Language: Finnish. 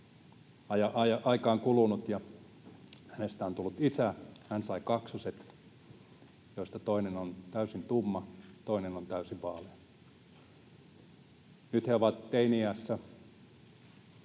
Aikaa on kulunut, ja hänestä on tullut isä. Hän sai kaksoset, joista toinen on täysin tumma, toinen on täysin vaalea. Nyt he ovat teini-iässä,